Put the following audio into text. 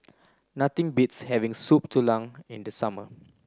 nothing beats having Soup Tulang in the summer